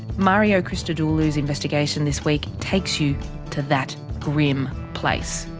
mario christodoulou's investigation this week takes you to that grim place.